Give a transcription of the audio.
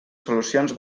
solucions